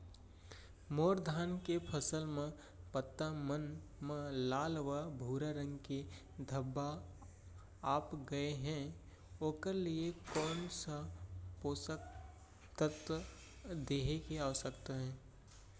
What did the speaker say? मोर धान के फसल म पत्ता मन म लाल व भूरा रंग के धब्बा आप गए हे ओखर लिए कोन स पोसक तत्व देहे के आवश्यकता हे?